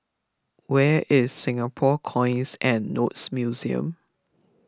where is Singapore Coins and Notes Museum